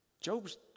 job's